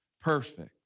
perfect